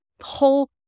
whole